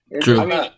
True